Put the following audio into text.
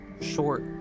short